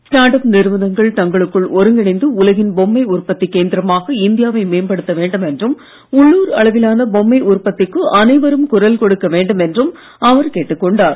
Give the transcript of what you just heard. ஸ்டார்ட up நிறுவனங்கள் தங்களுக்குள் ஒருங்கிணைந்து உலகின் பொம்மை உற்பத்தி கேந்திரமாக இந்தியாவை மேம்படுத்த வேண்டும் என்றும் உள்ளுர் அளவிலான பொம்மை உற்பத்திக்கு அனைவரும் குரல் கொடுக்க வேண்டும் என்றும் அவர் கேட்டுக் கொண்டார்